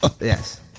Yes